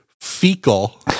fecal